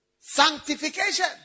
Sanctification